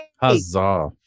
Huzzah